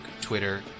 Twitter